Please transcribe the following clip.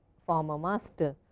former master.